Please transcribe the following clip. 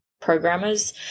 programmers